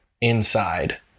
inside